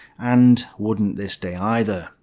and wouldn't this day either.